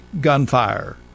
gunfire